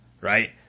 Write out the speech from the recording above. Right